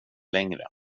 längre